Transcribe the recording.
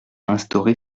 instauré